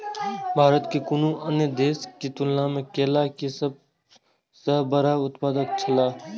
भारत कुनू अन्य देश के तुलना में केला के सब सॉ बड़ा उत्पादक छला